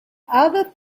other